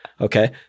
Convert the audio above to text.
Okay